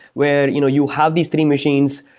where you know you have these three machines,